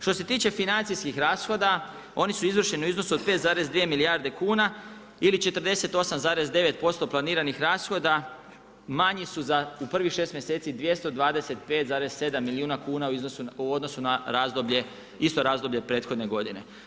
Što se tiče financijskih rashoda, oni su izvršeni u iznosu od 5,2 milijarde kuna ili 48,9% planiranih rashoda, njih su za u prvih 6 mjeseci 225,7 milijuna kuna u odnosu na isto razdoblje prethodne godine.